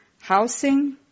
housing